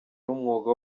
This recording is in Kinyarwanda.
n’umwuga